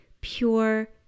pure